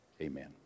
amen